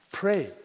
Pray